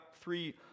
three